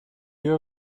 you